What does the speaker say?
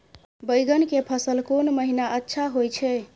बैंगन के फसल कोन महिना अच्छा होय छै?